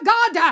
God